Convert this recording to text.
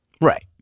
Right